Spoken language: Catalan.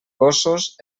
gossos